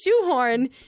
shoehorn